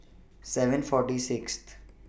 seven forty Sixth